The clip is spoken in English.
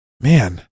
man